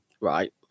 Right